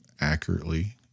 accurately